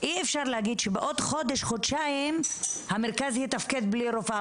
אי-אפשר להגיד שבעוד חודש-חודשיים המרכז יתפקד בלי רופאה.